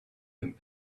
him